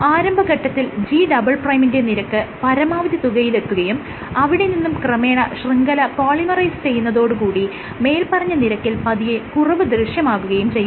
ആരംഭഘട്ടത്തിൽ G" ന്റെ നിരക്ക് പരമാവധി തുകയിലെത്തുകയും അവിടെ നിന്നും ക്രമേണ ശൃംഖല പോളിമറൈസ് ചെയ്യപ്പെടുന്നതോട് കൂടി മേല്പറഞ്ഞ നിരക്കിൽ പതിയെ കുറവ് ദൃശ്യമാകുകയും ചെയ്യുന്നു